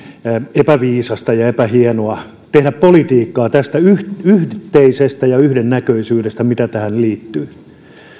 epäviisasta ja epähienoa tehdä politiikkaa tästä yhteisestä ja yhdennäköisyydestä mitä tähän liittyy